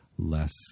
less